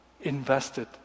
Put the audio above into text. invested